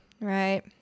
right